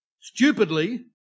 stupidly